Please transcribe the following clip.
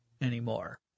anymore